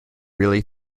really